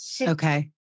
Okay